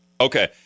Okay